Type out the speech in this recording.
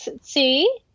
See